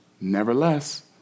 Nevertheless